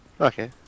Okay